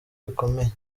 bikomeye